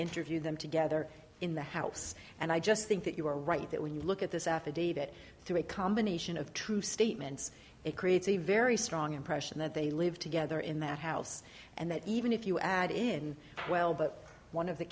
interview them together in the house and i just think that you are right that when you look at this affidavit through a combination of true statements it creates a very strong impression that they lived together in that house and that even if you add in well but one of the